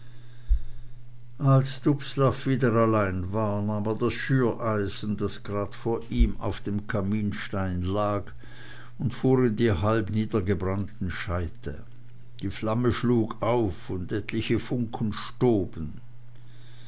als dubslav wieder allein war nahm er das schüreisen das grad vor ihm auf dem kaminstein lag und fuhr in die halb niedergebrannten scheite die flamme schlug auf und etliche funken stoben